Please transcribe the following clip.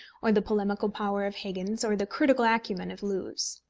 or the polemical power of higgins, or the critical acumen of lewes.